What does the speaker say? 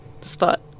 spot